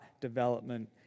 development